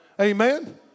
Amen